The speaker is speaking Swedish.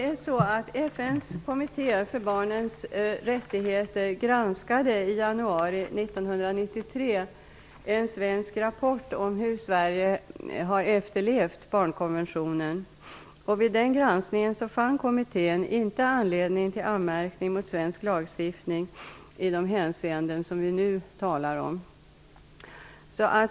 Fru talman! FN:s kommitté för barnens rättigheter granskade i januari 1993 en svensk rapport om hur Sverige har efterlevt barnkonventionen, och vid den granskningen fann kommittén inte anledning till anmärkning mot svensk lagstiftning i de hänseenden som vi nu talar om.